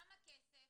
כמה כסף?